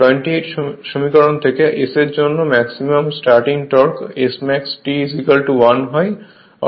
28 সমীকরণ থেকে S এর জন্য ম্যাক্সিমাম স্টার্টিং টর্কmaximum starting torque এর জন্য Smax T 1 হয়